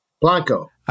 Blanco